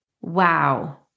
Wow